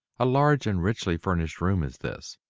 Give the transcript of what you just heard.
a large and richly furnished room is this,